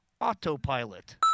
autopilot